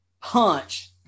punch